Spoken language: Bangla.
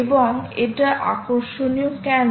এবং এটা আকর্ষণীয় কেন